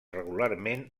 regularment